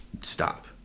stop